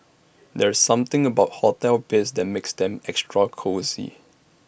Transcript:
there's something about hotel beds that makes them extra cosy